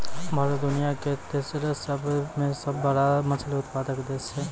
भारत दुनिया के तेसरो सभ से बड़का मछली उत्पादक देश छै